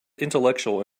intellectual